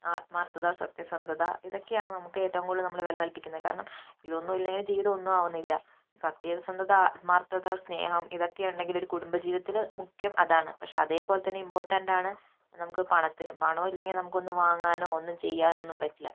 ആത്മാർത്ഥത സത്യസന്ധത ഇതൊക്കെയാണ് നമുക്ക് ഏറ്റവും കൂടുതൽ നമ്മൾ വില കല്പിക്കുന്നത് കാരണം ഇതൊന്നും ഇല്ലെങ്കിൽ ജീവിതം ഒന്നും ആവുന്നില്ല സത്യസന്ധത ആത്മാർത്ഥത സ്നേഹം ഇതൊക്കെ ഉണ്ടങ്കിൽ ഒരു കുടുംബ ജീവിതത്തില് മുഖ്യം അതാണ് പക്ഷേ അതേപോലെത്തന്നെ ഇമ്പോർട്ടൻ്റാണ് നമുക്ക് പണത്തിനും പണം ഇല്ലെങ്കിൽ നമ്മുക്കൊന്നും വാങ്ങാനോ ഒന്നും ചെയ്യാനോ ഒന്നും പറ്റില്ല